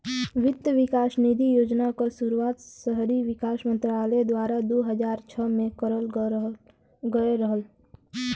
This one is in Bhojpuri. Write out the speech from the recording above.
वित्त विकास निधि योजना क शुरुआत शहरी विकास मंत्रालय द्वारा दू हज़ार छह में करल गयल रहल